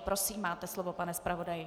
Prosím, máte slovo, pane zpravodaji.